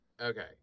Okay